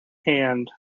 hand